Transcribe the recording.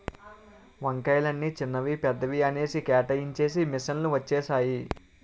వంకాయలని చిన్నవి పెద్దవి అనేసి కేటాయించేసి మిషన్ లు వచ్చేసాయి